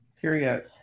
Period